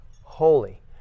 holy